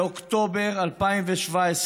באוקטובר 2017,